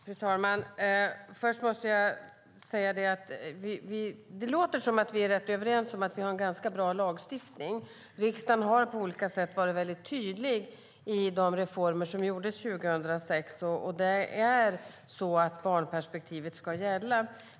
Fru talman! Först måste jag säga att det låter som att vi är rätt överens om att vi har en ganska bra lagstiftning. Riksdagen har på olika sätt varit mycket tydlig i de reformer som gjordes 2006, och det är så att barnperspektivet ska gälla.